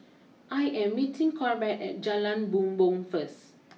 I am meeting Corbett at Jalan Bumbong first